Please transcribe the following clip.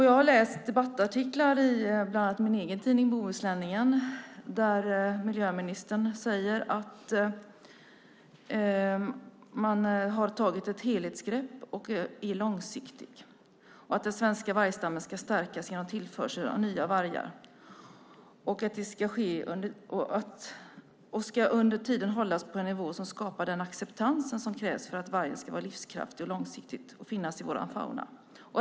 Jag har läst debattartiklar i bland annat min egen tidning Bohusläningen där miljöministern säger att man har tagit ett helhetsgrepp och är långsiktig och att den svenska vargstammen ska stärkas genom tillförsel av nya vargar och att den under tiden ska hållas på en nivå som skapar den acceptans som krävs för att vargen ska vara livskraftig och långsiktigt finnas i vår fauna.